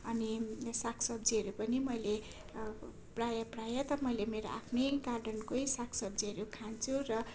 अनि सागसब्जीहरू पनि मैले प्रायः प्रायः त मैले मेरो आफ्नै गार्डनकै सागसब्जीहरू खान्छु र